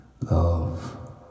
love